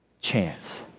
chance